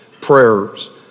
prayers